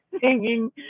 singing